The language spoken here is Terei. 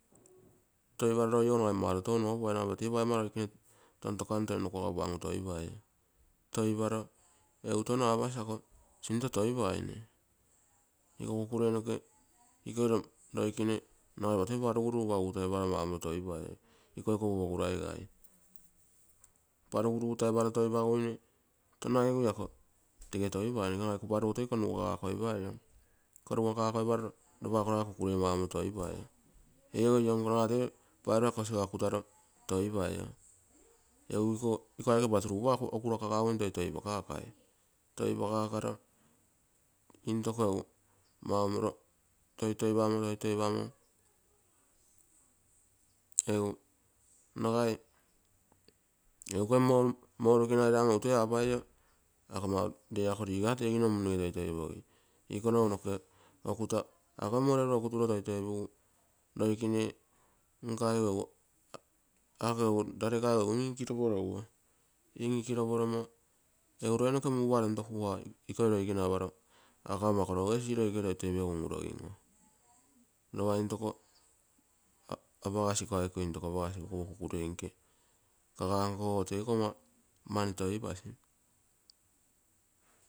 Toiparo mai loi ogo mautoutou nopai, nagai iopa tee paigomma loikene tontokammo toi ama kuago opangu toi pai. Toiparo egu tono aapasi ako sinto toipainene. Iko kukurei noke. Ikoi loikene noke nagai iopa toi paruguru iopa utaiparo iopa toipai, ikoi kopo poguraigai. Paruguru utaiparo tono agiguine ako tege toipaine, nagai iko pogago parutoi konugakopaio, konuga koiparo iopa ako rake kukure maumonto toipai, ego ion nko nagai iopa toi paigorogo kosiga. Okutaro maunomoto toipaio, egu iko aikeiopa turugupa okurakakaguine toi toipai. Toitoipamo egu nagai, egu ikoi mourekene airangu, egu toi apaio, ako mau, ree ako riga tegino munno toitoipogi. Iko nogu noke akoi moureru okuturo toitoipugu, loikene onkaigu egu ako egu larekaigu egu in ikiropologuo, inikilopolomo egu loinoke mugupa tontokugua ikoi loikene aparo. Aga kamo ako rogee siiro ikoge toitoipegu ngurogim oo. Noga intoko apagasi ikogo aike intoko apagasi iko kopiro kukurei nke kaga nkogo teiko ama mani toipasi.